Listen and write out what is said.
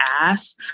ass